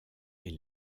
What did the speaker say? est